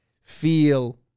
feel